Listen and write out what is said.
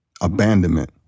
abandonment